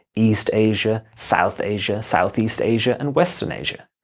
east asia, south asia, southeast asia, and western asia.